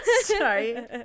Sorry